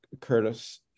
Curtis